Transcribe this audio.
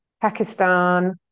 Pakistan